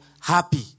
happy